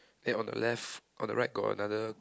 then on the left on the right got another